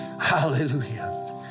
Hallelujah